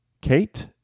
Kate